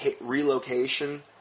Relocation